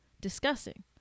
discussing